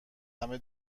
همه